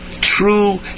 True